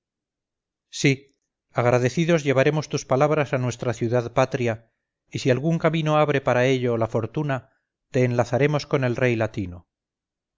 sí agradecidos llevaremos tus palabras a nuestra ciudad patria y si algún camino abre para ello la fortuna te enlazaremos con el rey latino